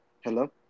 Hello